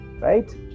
right